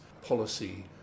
policy